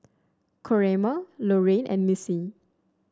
Coraima Lorrayne and Missy